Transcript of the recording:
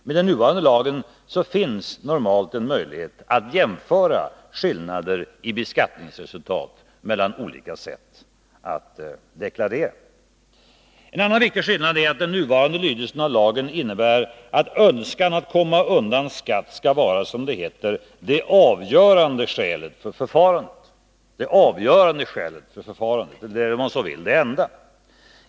Med den nuvarande lagen finns normalt en möjlighet att jämföra skillnader i beskattningsresultat mellan olika sätt att deklarera. En annan viktig skillnad är att den nuvarande lydelsen av lagen innebär att önskan att komma undan skatt skall vara, som det heter; det avgörande skälet för förfarandet, eller om man så vill det enda.